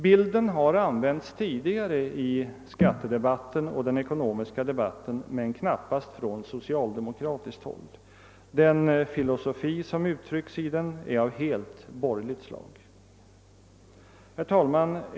Bilden har använts tidigare i skattedebatten och i den ekonomiska debatten men knappast från socialdemokratiskt håll. Den filosofi som den uttrycker är av helt borgerligt slag.